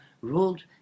ruled